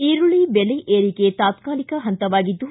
ಈರುಳ್ಳ ಬೆಲೆ ಏರಿಕೆ ತಾತ್ಕಾಲಿಕ ಪಂತವಾಗಿದ್ದು